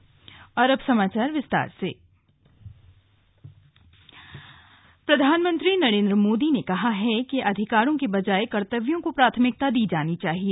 PM संवाद प्रधानमंत्री नरेन्द्र मोदी ने कहा है कि अधिकारों के बजाय कर्तव्यों को प्राथमिकता दी जानी चाहिए